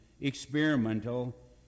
experimental